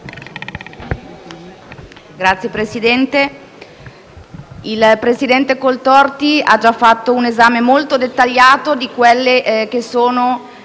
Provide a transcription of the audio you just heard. il presidente Coltorti ha già fatto un esame molto dettagliato dei contenuti del